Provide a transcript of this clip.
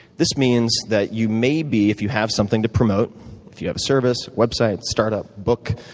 this means that you may be, if you have something to promote if you have a service, website, startup, book,